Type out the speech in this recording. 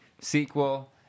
sequel